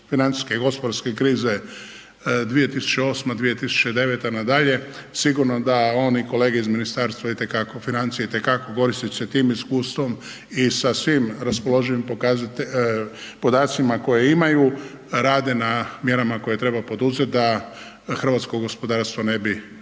financijske i gospodarske krize 2008.-2009. nadalje, sigurno da on i kolege iz Ministarstva itekako, financija itekako koristeć se tim iskustvom i sa svim raspoloživim podacima koje imaju, rade na mjerama koje treba poduzet da hrvatsko gospodarstvo ne bi